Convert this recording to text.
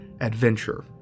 adventure